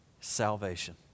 Salvation